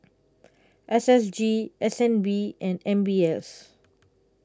S S G S N B and M B S